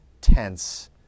tense